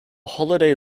holiday